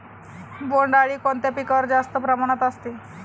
बोंडअळी कोणत्या पिकावर जास्त प्रमाणात असते?